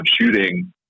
shooting